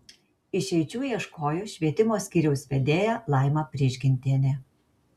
išeičių ieškojo švietimo skyriaus vedėja laima prižgintienė